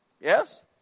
Yes